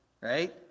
right